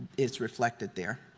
it's reflected there.